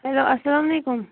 hello اَسَلام علیکُم